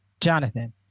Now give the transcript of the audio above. Jonathan